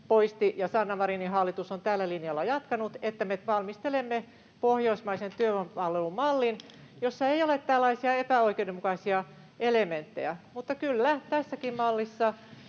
poisti, ja Sanna Marinin hallitus on tällä linjalla jatkanut, että me valmistelemme pohjoismaisen työvoimapalvelumallin, jossa ei ole tällaisia epäoikeudenmukaisia elementtejä. Mutta kyllä, tässäkin mallissa